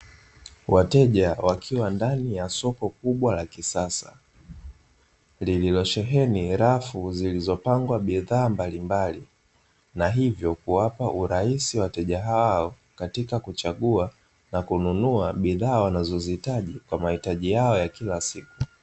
Wateja wakiwa ndani ya soko kubwa la kisasa, lililosheheni rafu zilizopangwa bidhaa mbalimbali, na hivyo kuwapa urahisi wateja hawa katika kuchagua na kununua bidhaa wanazohitaji kwa mahitaji yao ya kila siku.